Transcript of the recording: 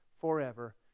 forever